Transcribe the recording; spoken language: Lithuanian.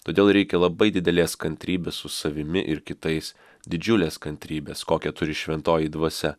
todėl reikia labai didelės kantrybės su savimi ir kitais didžiulės kantrybės kokią turi šventoji dvasia